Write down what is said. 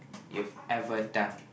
you've ever done